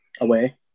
away